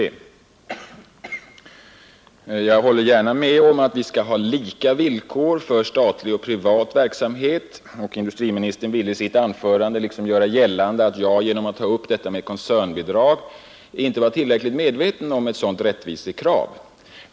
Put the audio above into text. Jag håller gärna med om att vi skall ha lika villkor för statlig och privat företagsamhet; industriministern ville i sitt anförande liksom göra gällande att jag genom att ta upp frågan om koncernbidrag inte var tillräckligt medveten om ett sådant rättvisekrav.